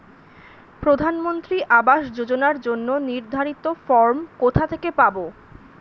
প্রধানমন্ত্রী আবাস যোজনার জন্য নির্ধারিত ফরম কোথা থেকে পাব?